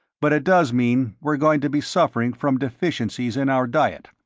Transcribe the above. but it does mean we're going to be suffering from deficiencies in our diet.